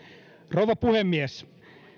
rouva puhemies